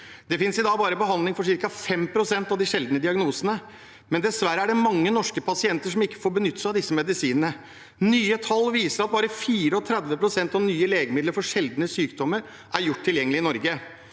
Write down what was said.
Det finnes i dag bare behandling for ca. 5 pst. av de sjeldne diagnosene, men dessverre er det mange norske pasienter som ikke får benytte seg av disse medisinene. Nye tall viser at bare 34 pst. av nye legemidler for sjeldne sykdommer er gjort tilgjengelig i Norge.